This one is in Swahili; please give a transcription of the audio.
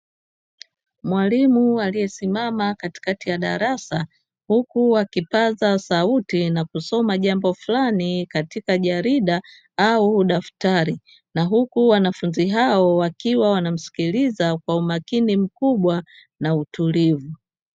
Mwalimu aliyesimama katikati ya darasa huku akipaza sauti na kusoma jambo fulani katika jarida au daftari, na huku wanafunzi hao wakiwa wanamsikiliza kwa umakini mkubwa na utulivu.